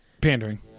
pandering